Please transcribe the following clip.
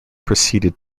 proceeded